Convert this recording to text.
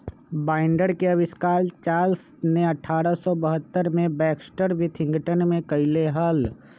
binder के आविष्कार Charles ने अठारह सौ बहत्तर में बैक्सटर विथिंगटन में कइले हल